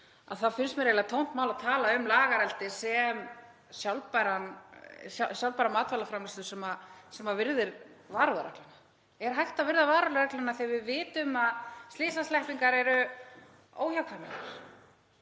þá finnst mér eiginlega tómt mál að tala um lagareldi sem sjálfbæra matvælaframleiðslu sem virðir varúðarregluna. Er hægt að virða varúðarregluna þegar við vitum að slysasleppingar eru óhjákvæmilegar,